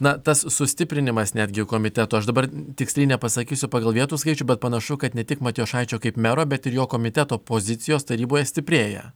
na tas sustiprinimas netgi komiteto aš dabar tiksliai nepasakysiu pagal vietų skaičių bet panašu kad ne tik matijošaičio kaip mero bet ir jo komiteto pozicijos taryboje stiprėja